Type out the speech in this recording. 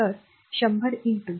तर 100 1